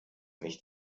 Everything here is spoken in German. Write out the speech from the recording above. nicht